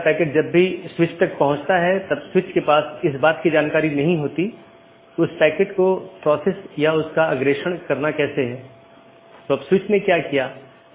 इसका मतलब है कि मार्ग इन कई AS द्वारा परिभाषित है जोकि AS की विशेषता सेट द्वारा परिभाषित किया जाता है और इस विशेषता मूल्यों का उपयोग दिए गए AS की नीति के आधार पर इष्टतम पथ खोजने के लिए किया जाता है